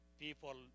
people